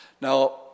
Now